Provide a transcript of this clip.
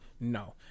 No